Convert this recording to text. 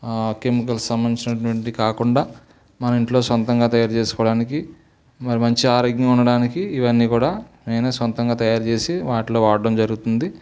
chemicals సంబంధించునటువంటి కాకుండా మన ఇంట్లో సొంతంగా తయారు చేసుకోవడానికి మరి మంచి ఆరోగ్యంగా ఉండడానికి ఇవన్నీ కూడా నేనే సొంతంగా తయారు చేసి వాటిల్లో వాడడం జరుగుతుంది